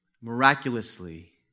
Miraculously